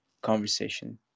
conversation